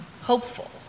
hopeful